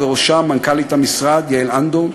ובראשם מנכ"לית המשרד יעל אנדורן,